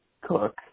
Cook